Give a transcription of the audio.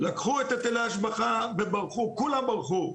לקחו את היטלי ההשבחה וברחו, כולם ברחו.